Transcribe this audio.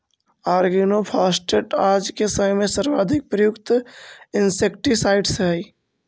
organophosphate आज के समय में सर्वाधिक प्रयुक्त इंसेक्टिसाइट्स् हई